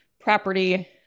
property